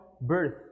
birth